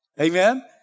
Amen